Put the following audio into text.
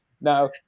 Now –